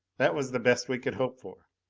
that was the best we could hope for.